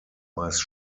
meist